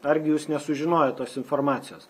argi jūs nesužinojot tos informacijos